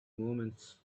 moments